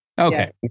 Okay